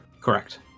correct